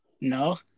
No